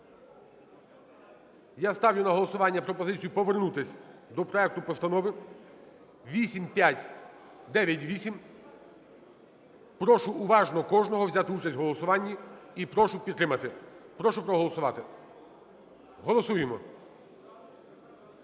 Я ставлю на голосування пропозицію повернутись до проекту Постанови 8598. Прошу уважно кожного взяти участь в голосуванні і прошу підтримати. Прошу проголосувати. Голосуємо.